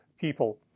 people